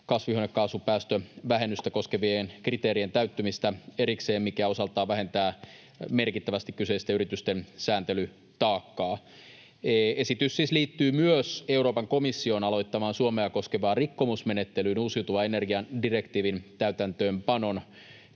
kasvihuonekaasupäästövähennystä koskevien kriteerien täyttymistä erikseen, mikä osaltaan vähentää merkittävästi kyseisten yritysten sääntelytaakkaa. Esitys siis liittyy myös Euroopan komission aloittamaan Suomea koskevaan rikkomusmenettelyyn uusiutuvan energian direktiivin täytäntöönpanon